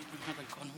יואב, זה כבר לא יעזור.